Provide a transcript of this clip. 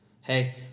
Hey